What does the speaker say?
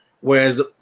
Whereas